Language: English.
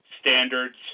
standards